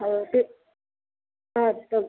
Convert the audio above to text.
हा ते हा तर